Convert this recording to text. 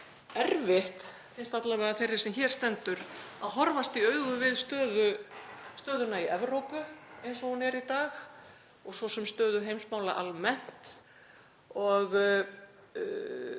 erfitt, finnst alla vega þeirri sem hér stendur, að horfast í augu við stöðuna í Evrópu eins og hún er í dag og svo sem stöðu heimsmála almennt.